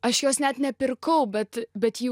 aš jos net nepirkau bet bet ji